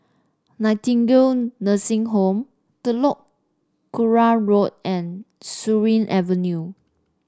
Nightingale Nursing Home Telok Kurau Road and Surin Avenue